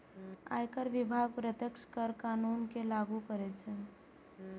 आयकर विभाग प्रत्यक्ष कर कानून कें लागू करै छै